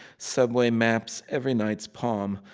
subway maps every night's palm.